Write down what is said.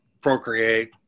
procreate